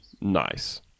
nice